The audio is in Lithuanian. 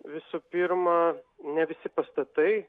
visų pirma ne visi pastatai